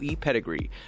pedigree